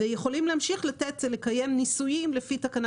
יכולים להמשיך לתת לקיים ניסויים לפי תקנה